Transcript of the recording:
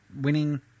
winning